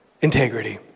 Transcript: integrity